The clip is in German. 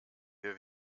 wir